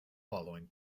following